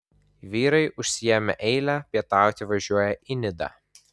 vyrai užsiėmę eilę pietauti važiuoja į nidą